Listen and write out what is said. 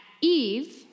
Eve